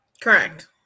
Correct